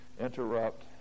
interrupt